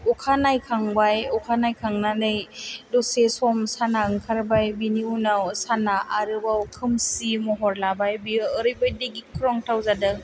अखा नायखांबाय अखा नायखांनानै दसे सम साना ओंखारबाय बेनि उनाव साना आरोबाव खोमसि महर लाबाय बियो ओरैबादि गिख्रंथाव जादों